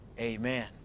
Amen